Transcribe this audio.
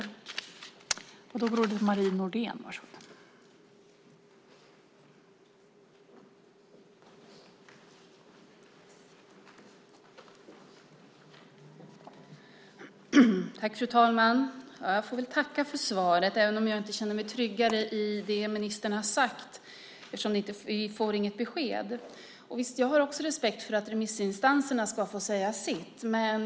Då Fredrik Lundh, som framställt interpellation 2007/08:720, anmält att han var förhindrad att närvara vid sammanträdet medgav tredje vice talmannen att Leif Pettersson i stället fick delta i överläggningen.